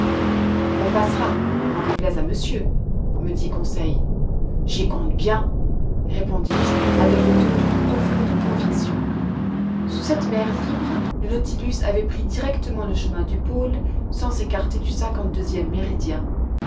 on passera n'en déplaise à monsieur me dit conseil j'y compte bien répondis-je avec le ton d'une profonde conviction sous cette mer libre le nautilus avait pris directement le chemin de pôle sans s'écarter du cinquante deuxième méridien